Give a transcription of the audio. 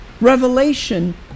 Revelation